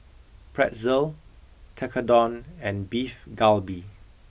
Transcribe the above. pretzel tekkadon and beef galbi